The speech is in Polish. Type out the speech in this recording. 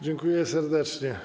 Dziękuję serdecznie.